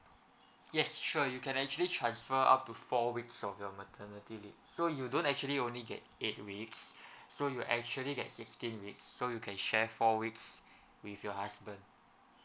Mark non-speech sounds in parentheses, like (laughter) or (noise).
yes sure you can actually transfer up to four weeks of your maternity leave so you don't actually only get eight weeks (breath) so you actually get sixteen weeks so you can share four weeks (breath) with your husband